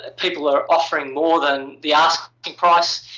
ah people are offering more than the asking price.